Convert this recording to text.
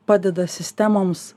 padeda sistemoms